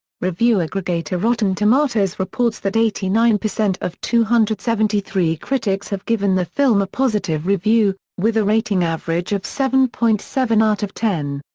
review aggregator rotten tomatoes reports that eighty nine percent of two hundred and seventy three critics have given the film a positive review, with a rating average of seven point seven out of ten.